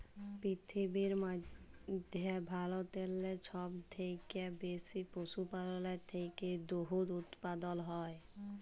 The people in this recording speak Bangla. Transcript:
পিরথিবীর মইধ্যে ভারতেল্লে ছব থ্যাইকে বেশি পশুপাললের থ্যাইকে দুহুদ উৎপাদল হ্যয়